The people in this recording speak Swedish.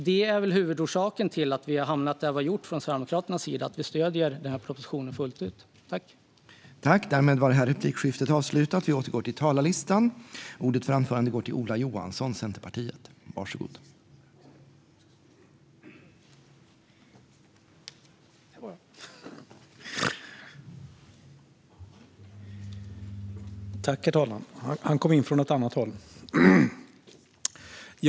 Det är väl huvudorsaken till att vi har hamnat där vi har gjort och stöder den här propositionen fullt ut från Sverigedemokraternas sida.